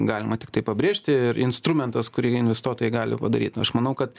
galima tiktai pabrėžti ir instrumentas kurį investuotojai gali padaryt aš manau kad